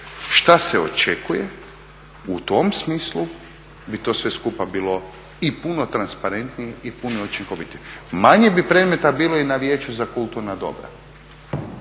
šta se očekuje u tom smislu bi to sve skupa bilo i puno transparentnije i puno učinkovitije. Manje bi predmeta bilo i na Vijeću za kulturna dobra,